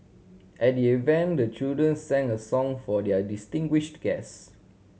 at the event the children sang a song for their distinguished guest